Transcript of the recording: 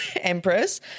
empress